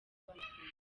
nk’abaraperi